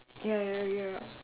ya ya ya